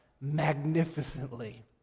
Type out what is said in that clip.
magnificently